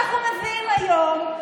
התקנות שאנחנו מביאים היום,